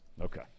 okay